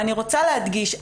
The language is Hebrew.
אני רוצה להדגיש,